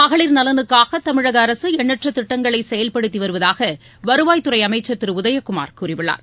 மகளிர் நலனுக்காக தமிழக அரசு எண்ணற்ற திட்டங்களை செயல்படுத்தி வருவதாக வருவாய்த்துறை அமைச்சர் திரு உதயகுமார் கூறியுள்ளார்